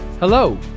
Hello